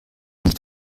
nicht